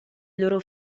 loro